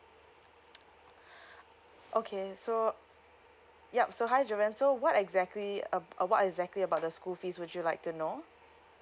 okay so yup so hi joanne so what exactly ab~ uh what exactly about the school fees would you like to know